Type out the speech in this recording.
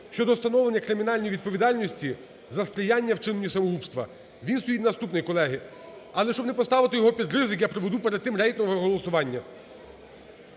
(щодо встановлення кримінальної відповідальності за сприяння вчиненню самогубства). Він стоїть наступний, колеги. Але, щоб не поставити його під ризик, я проведу перед тим рейтингове голосування.